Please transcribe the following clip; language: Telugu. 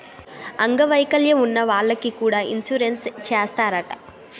అంగ వైకల్యం ఉన్న వాళ్లకి కూడా ఇన్సురెన్సు చేస్తారట